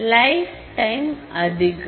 live time அதிகம்